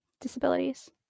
disabilities